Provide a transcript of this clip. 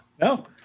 No